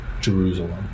Jerusalem